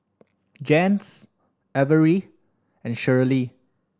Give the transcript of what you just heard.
Jens Averi and Shirley